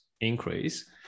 increase